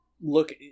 look